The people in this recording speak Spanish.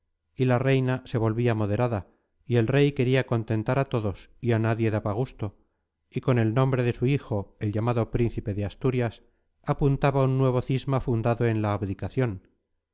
y la reina se volvía moderada y el rey quería contentar a todos y a nadie daba gusto y con el nombre de su hijo el llamado príncipe de asturias apuntaba un nuevo cisma fundado en la abdicación